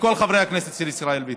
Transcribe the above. לכל חברי הכנסת של ישראל ביתנו,